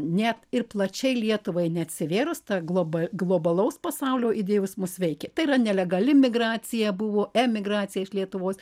net ir plačiai lietuvai neatsivėrus ta globa globalaus pasaulio idėjos mus veikia tai yra nelegali migracija buvo emigracija iš lietuvos